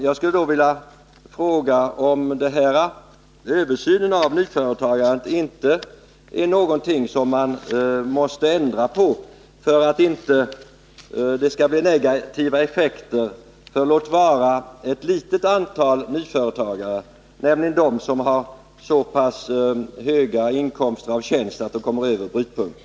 Jag skulle då vilja fråga om den här översynen av nyföretagandet inte är någonting som man måste ändra på för att det inte skall bli negativa effekter för, låt vara ett litet antal nyföretagare, nämligen de som har så pass höga inkomster av tjänst att de kommer över brytpunkten.